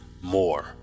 more